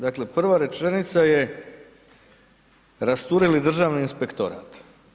Dakle, prva rečenica je „rasturili Državni inspektorat“